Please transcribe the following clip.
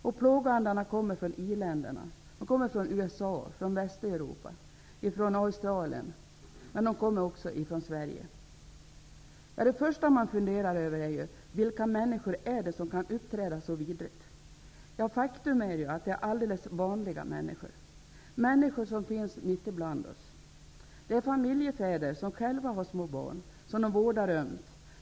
Och plågoandarna kommer från i-länderna -- från USA, Australien, Västeuropa, och också från Det första man funderar över är ju: Vilka människor är det som kan uppträda så vidrigt? Faktum är att det är alldeles vanliga människor, människor som finns mitt ibland oss. Det är familjefäder som själva har små barn som de vårdar ömt.